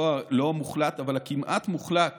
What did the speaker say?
לא מוחלט, אבל הכמעט-מוחלט